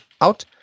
out